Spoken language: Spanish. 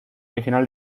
original